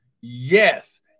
Yes